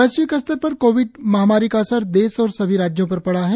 वैश्विक स्तर पर कोविड महामारी का असर देश और सभी राज्यों पर पड़ा है